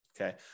okay